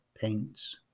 paints